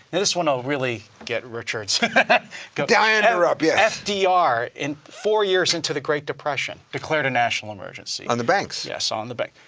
and this one will really get richard's goat. diane drupp, yes. fdr, four years into the great depression declared a national emergency. on the banks. yes, on the banks.